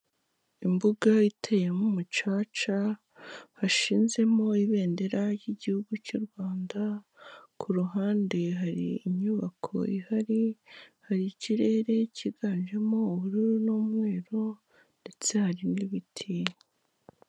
Imbuga iteyemo umucaca, hashizemo ibendera ry'igihugu cy'u Rwanda, ku ruhande hari inyubako ihari, hari ikirere cyiganjemo ubururu n'umweru ndetse hari n'ibiti.